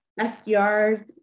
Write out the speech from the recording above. SDRs